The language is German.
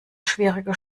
schwierige